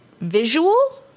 visual